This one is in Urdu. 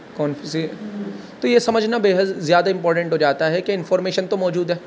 کون سی تو یہ سمجھنا بے حد زیادہ امپورٹینٹ ہوجاتا ہے کہ انفارمیشن تو موجود ہے